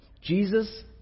Jesus